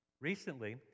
Recently